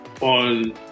on